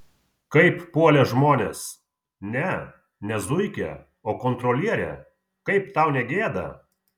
kaip puolė žmonės ne ne zuikę o kontrolierę kaip tau negėda